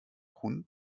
hund